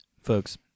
Folks